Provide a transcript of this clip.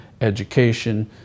education